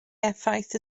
effaith